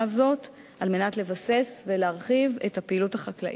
הזאת על מנת לבסס ולהרחיב את הפעילות החקלאית.